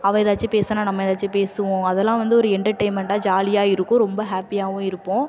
அவள் எதாச்சும் பேசுனால் நம்ம எதாச்சும் பேசுவோம் அதெல்லாம் வந்து ஒரு என்டர்டைன்மெண்டாக ஜாலியாக இருக்கும் ரொம்ப ஹாப்பியாகவும் இருப்போம்